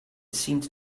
seemed